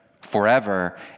forever